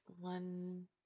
one